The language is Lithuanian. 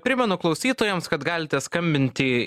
primenu klausytojams kad galite skambinti